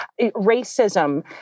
racism